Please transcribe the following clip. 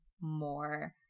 more